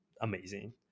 amazing